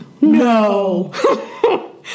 No